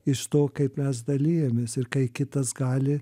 iš to kaip mes dalijamės ir kai kitas gali